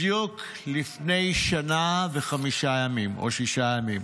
בדיוק לפני שנה וחמישה ימים, או שישה ימים.